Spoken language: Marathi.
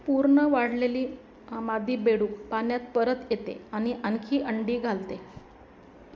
पूर्ण वाढलेली मादी बेडूक पाण्यात परत येते आणि आणखी अंडी घालते